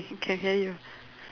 can hear you